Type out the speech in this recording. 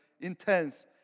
intense